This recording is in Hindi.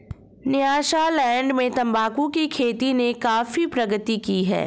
न्यासालैंड में तंबाकू की खेती ने काफी प्रगति की है